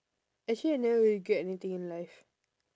actually I never really regret anything in life